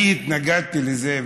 אני התנגדתי לזה,